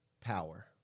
power